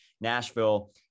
Nashville